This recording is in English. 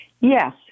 Yes